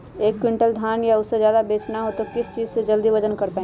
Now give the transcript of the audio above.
एक क्विंटल धान या उससे ज्यादा बेचना हो तो किस चीज से जल्दी वजन कर पायेंगे?